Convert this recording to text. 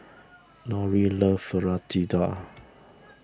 Lorie loves Fritada